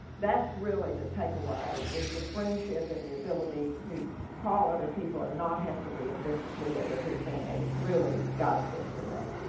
that's really the take-away is the friendship and the ability to call other people and not have to reinvent the wheel that has been a really godsend for me.